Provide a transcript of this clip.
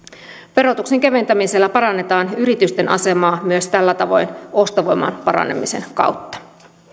verotuksen keventämisellä parannetaan yritysten asemaa myös tällä tavoin ostovoiman paranemisen kautta